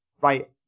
Right